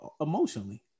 emotionally